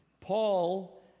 Paul